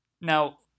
Now